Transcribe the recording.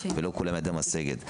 ולא לכולם היד משגת.